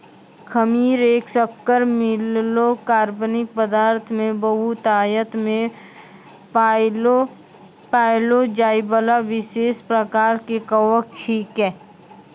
खमीर एक शक्कर मिललो कार्बनिक पदार्थ मे बहुतायत मे पाएलो जाइबला विशेष प्रकार के कवक छिकै